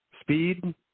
speed